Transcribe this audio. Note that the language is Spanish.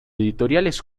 editoriales